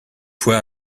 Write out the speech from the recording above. fois